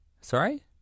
Sorry